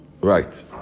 Right